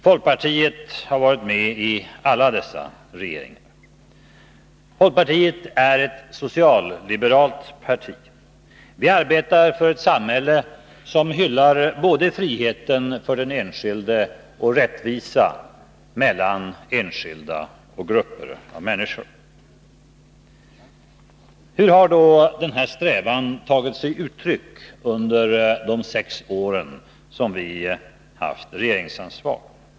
Folkpartiet har varit med i alla dessa regeringar. Folkpartiet är ett socialliberalt parti. Vi arbetar för ett samhälle som hyllar både friheten för den enskilde och rättvisa mellan enskilda och grupper av människor. Hur har då denna strävan tagit sig uttryck under de sex år som vi har haft regeringsansvar?